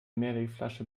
mehrwegflasche